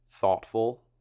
thoughtful